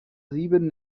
sieben